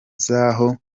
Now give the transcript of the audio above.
zaho